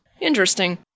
Interesting